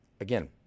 again